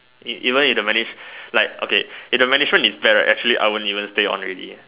e~ even if the management like okay if the Management is bad right actually I won't even stay on already